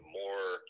more